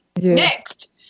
Next